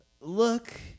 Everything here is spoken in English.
look